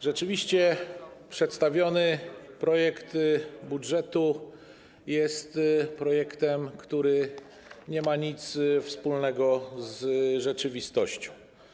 Rzeczywiście przedstawiony projekt budżetu jest projektem, który nie ma nic wspólnego z rzeczywistością.